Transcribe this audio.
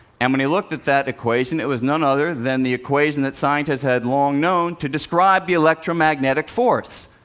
and when he looked at that equation, it was none other than the equation that scientists had long known to describe the electromagnetic force.